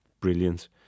Brilliant